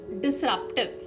disruptive